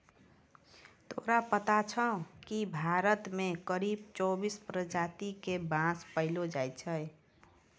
तोरा पता छौं कि भारत मॅ करीब चौबीस प्रजाति के बांस पैलो जाय छै